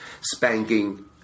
spanking